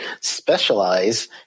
specialize